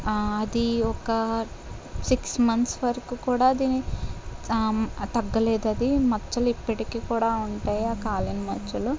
అది ఒక six months వరకు కూడా అది తగ్గలేదు అది మచ్చలు ఇప్పటికి కూడా ఉంటాయి ఆ కాలిన మచ్చలు